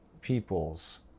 peoples